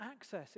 access